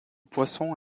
poisson